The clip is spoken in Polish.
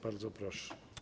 Bardzo proszę.